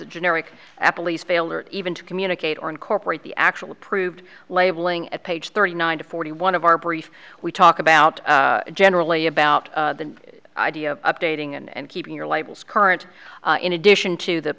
or even to communicate or incorporate the actual approved labeling at page thirty nine to forty one of our brief we talk about generally about the idea of updating and keeping your labels current in addition to the